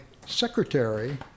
secretary